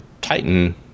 Titan